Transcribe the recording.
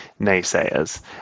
naysayers